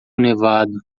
nevado